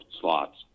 slots